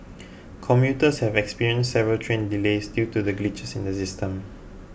commuters have experienced several train delays due to glitches in the system